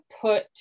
put